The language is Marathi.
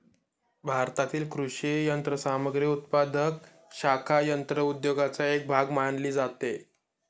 भारतातील कृषी यंत्रसामग्री उत्पादक शाखा यंत्र उद्योगाचा एक भाग मानली जाते